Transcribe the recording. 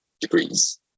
degrees